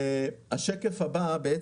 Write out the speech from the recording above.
בשקף הבא,